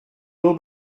will